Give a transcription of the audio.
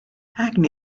acne